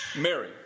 Mary